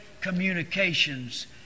communications